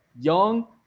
young